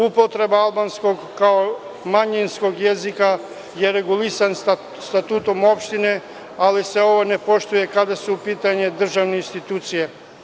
Upotreba albanskog kao manjinskog jezika je regulisano statutom opštine, ali se ne poštuje kada su u pitanju državne institucije.